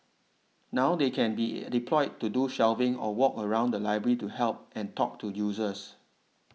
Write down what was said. now they can be deployed to do shelving or walk around the library to help and talk to users